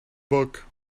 book